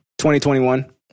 2021